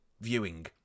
viewing